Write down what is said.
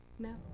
No